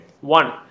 One